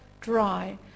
dry